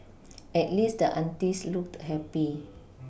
at least the aunties looked happy